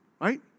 Right